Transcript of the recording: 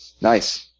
nice